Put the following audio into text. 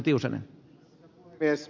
arvoisa puhemies